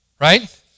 right